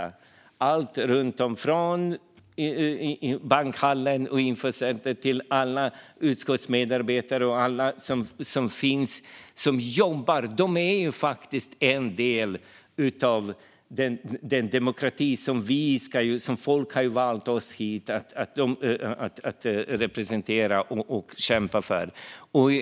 Det gäller alla anställda, från de som arbetar i Bankhallen och Infocenter till alla utskottsmedarbetare - alla som jobbar. De är en del av den demokrati som människor har valt oss hit för att representera och kämpa för. Fru talman!